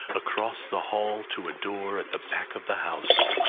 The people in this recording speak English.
across the hall, to a door at the back of the house.